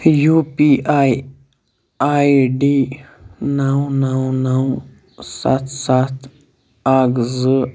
U P I I D نَو نَو نَو سَتھ سَتھ اَکھ زٕ